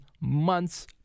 months